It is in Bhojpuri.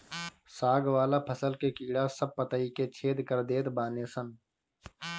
साग वाला फसल के कीड़ा सब पतइ के छेद कर देत बाने सन